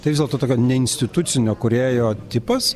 tai vis dėlto tokia neinstitucinio kūrėjo tipas